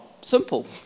Simple